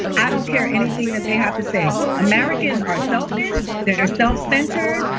i don't care anything that they have to say. americans are selfish. they're they're self-centred.